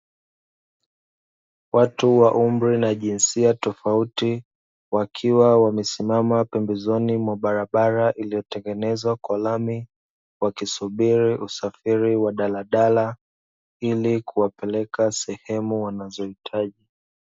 Watu wa umri na jinsia tofauti, wakiwa wamesimama pembezoni mwa barabara iliyotengenezwa kwa lami, wakisubiri usafiri wa daladala, ili kuwapeleka sehemu wanazohitaji.